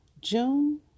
June